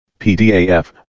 PDAF